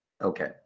Okay